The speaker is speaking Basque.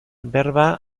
berba